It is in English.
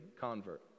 convert